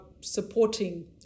supporting